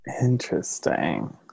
Interesting